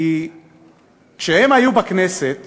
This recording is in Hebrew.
כי כשהם היו בכנסת